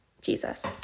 Jesus